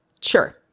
sure